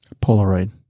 Polaroid